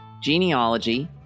genealogy